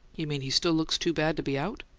you mean he still looks too bad to be out?